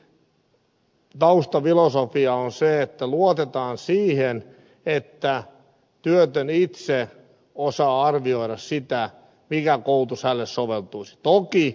eli taustafilosofia on se että luotetaan siihen että työtön itse osaa arvioida mikä koulutus hänelle soveltuisi